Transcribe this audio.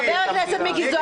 חבר הכנסת מיקי זוהר,